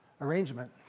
arrangement